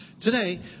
Today